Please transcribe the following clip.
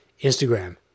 Instagram